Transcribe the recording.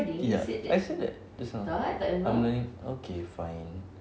ya I said that just now I'm learning okay fine